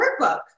workbook